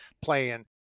playing